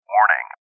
Warning